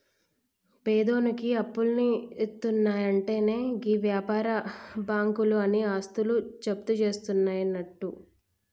పేదోనికి అప్పులిత్తున్నయంటెనే గీ వ్యాపార బాకుంలు ఆని ఆస్తులు జప్తుజేస్తయన్నట్లు